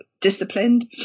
disciplined